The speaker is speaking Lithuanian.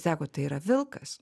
sako tai yra vilkas